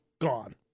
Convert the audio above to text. gone